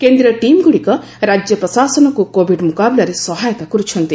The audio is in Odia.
କେନ୍ଦ୍ରୀୟ ଟିମ୍ଗୁଡ଼ିକ ରାଜ୍ୟ ପ୍ରଶାସନକୁ କୋବିଡ୍ ମୁକାବିଲାରେ ସହାୟତା କର୍ ଛନ୍ତି